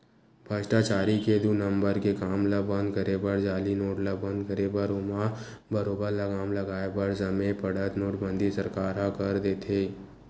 भस्टाचारी के दू नंबर के काम ल बंद करे बर जाली नोट ल बंद करे बर ओमा बरोबर लगाम लगाय बर समे पड़त नोटबंदी सरकार ह कर देथे